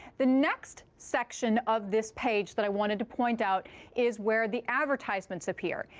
the next section of this page that i wanted to point out is where the advertisements appear.